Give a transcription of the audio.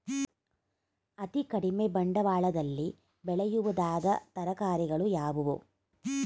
ಅತೀ ಕಡಿಮೆ ಬಂಡವಾಳದಲ್ಲಿ ಬೆಳೆಯಬಹುದಾದ ತರಕಾರಿಗಳು ಯಾವುವು?